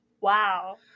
Wow